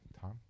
tom